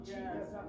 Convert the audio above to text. Jesus